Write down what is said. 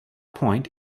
point